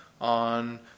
on